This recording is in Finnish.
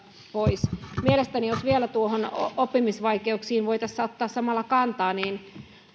pois jos vielä noihin oppimisvaikeuksiin voi tässä ottaa samalla kantaa